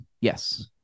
yes